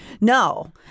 No